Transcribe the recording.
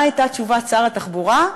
מה הייתה תשובת שר התחבורה?